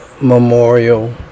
memorial